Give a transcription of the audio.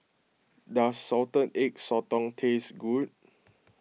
does Salted Egg Sotong taste good